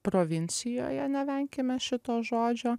provincijoje nevenkime šito žodžio